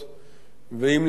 ואם להכיר בה,